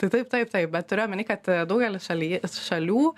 tai taip taip bet turiu omeny kad e daugelis šalyje šalių